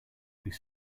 would